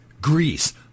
Greece